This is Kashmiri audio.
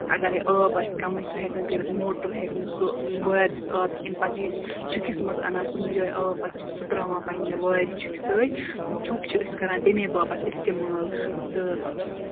اَگرے آب آسہِ کَمٕے سُہ ہیٚکہِ نہٕ تیٚلہِ موٹر ہیٚکہِ نہٕ سُہ وارِ یُس آب کِنۍ پَتہٕ چھِ أسۍ چھُکِس منٛز اَنان کُنہِ جایہِ آب پَتہٕ چھُ سُہ ترٛاوان وارِ چھُکہِ سۭتۍ چھُک چھِ أسۍ کران تَمے باپَتھ اِستعمال تہٕ